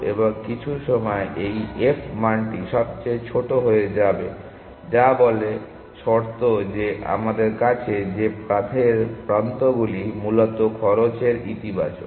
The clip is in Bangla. এবং কিছু সময়ে এই f মানটি সবচেয়ে ছোট হয়ে যাবে যা বলে শর্ত যে আমাদের আছে যে পাথের প্রান্তগুলি মূলত খরচে ইতিবাচক